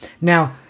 Now